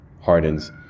hardens